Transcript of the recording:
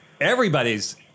everybody's